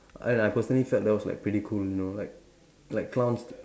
and I personally felt that was like pretty cool you know like like clowns the